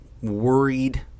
worried